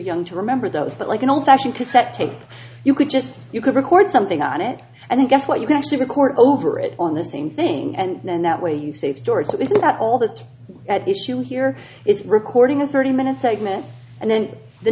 young to remember those but like an old fashioned cassette tape you could just you could record something on it and then guess what you can actually record over it on the same thing and then that way you save stories that is about all that's at issue here is recording a thirty minute segment and then the